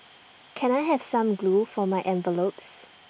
can I have some glue for my envelopes